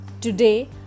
Today